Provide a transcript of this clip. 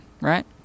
right